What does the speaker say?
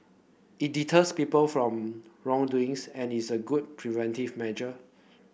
it deters people from wrongdoings and is a good preventive measure